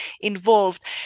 involved